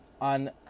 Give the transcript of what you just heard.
on